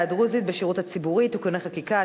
הדרוזית בשירות הציבורי (תיקוני חקיקה),